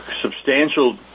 substantial